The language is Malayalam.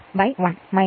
041 0